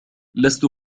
لست